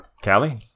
Callie